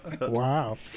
wow